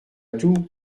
tout